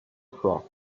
across